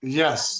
yes